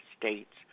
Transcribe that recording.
States